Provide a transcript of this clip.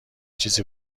چیزی